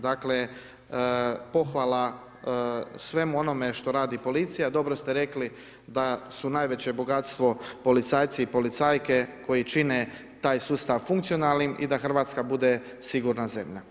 Dakle, pohvala svemu onome što radi policija, dobro ste rekli da su najveće bogatstvo policajci i policajke koji čine taj sustav funkcionalnim i da RH bude sigurna zemlja.